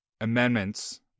amendments